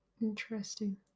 Interesting